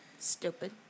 Stupid